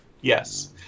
Yes